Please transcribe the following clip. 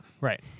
right